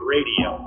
Radio